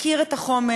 מכיר את החומר,